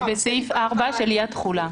בסעיף 4, אי-תחולה.